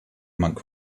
monk